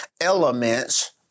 elements